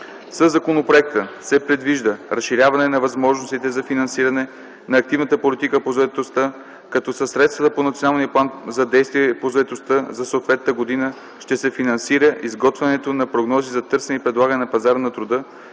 Със законопроекта се предвижда разширяване на възможностите за финансиране на активната политика по заетостта, като със средства по Националния план за действия по заетостта за съответната година ще се финансира изготвянето на прогнози за търсенето и предлагането на пазара на труда,